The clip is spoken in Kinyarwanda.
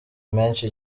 menshi